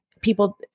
people